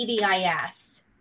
pbis